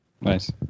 Nice